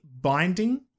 binding